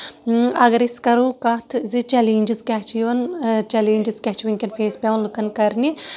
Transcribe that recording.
اَگر أسۍ کرو کَتھ زِ چیلینجز کیاہ چھِ یِون چیلینجز کیاہ چھِ وٕنکیٚس پیٚوان لُکن فیس کَرنہِ